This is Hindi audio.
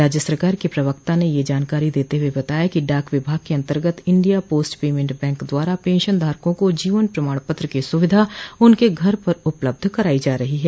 राज्य सरकार के प्रवक्ता ने यह जानकारो देते हुए बताया कि डाक विभाग के अन्तर्गत इंडिया पोस्ट पेंमेंट बैंक द्वारा पेंशन धारकों को जीवन प्रमाण पत्र की सूविधा उनके घर पर उपलब्ध कराई जा रही है